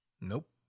Nope